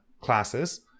classes